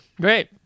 Great